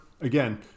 again